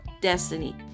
destiny